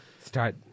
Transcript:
Start